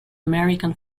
american